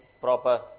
proper